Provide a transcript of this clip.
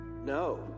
No